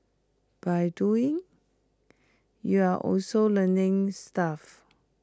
by doing you're also learning stuff